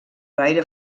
gaire